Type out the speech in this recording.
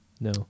No